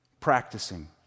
practicing